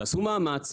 תעשו מאמץ,